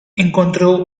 encontró